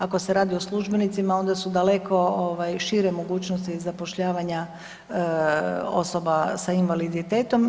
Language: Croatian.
Ako se radi o službenicima, onda su daleko šire mogućnosti zapošljavanja osoba sa invaliditetom.